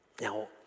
Now